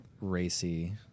racy